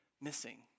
missing